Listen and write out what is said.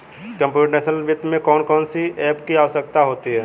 computational वित्त में कौन कौन सी एप की आवश्यकता होती है